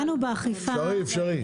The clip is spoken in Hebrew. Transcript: אפשרי.